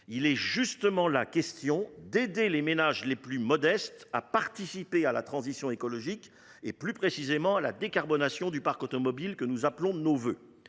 bien au contraire, d’aider les ménages les plus modestes à participer à la transition écologique, plus précisément à la décarbonation du parc automobile que nous appelons de nos vœux.